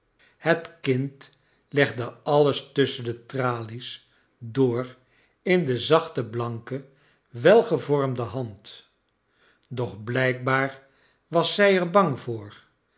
het kind legde alles tusschen de tralies door in de zachte blanke welgevormde hand doch blijkbaar was zij er bang voor